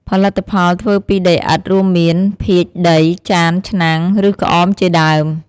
ផលិតផលធ្វើពីដីឥដ្ឋ រួមមាន ភាជន៍ដី ចាន ឆ្នាំង ឬក្អមជាដើម។